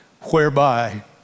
whereby